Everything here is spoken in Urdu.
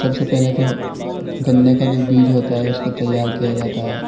سب سے پہلے تو گنے کا جو بیج ہوتا ہے اس کو تیار کیا جاتا ہے